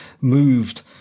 moved